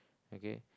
okay